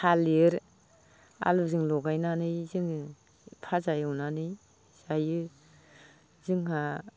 थालिर आलुजों लगायनानै जोङो भाजा एवनानै जायो जोंहा